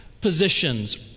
positions